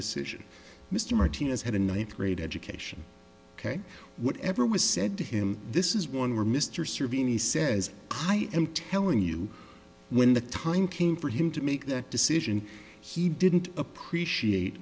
decision mr martinez had a ninth grade education ok whatever was said to him this is one where mr survie says i am telling you when the time came for him to make that decision he didn't appreciate